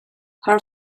her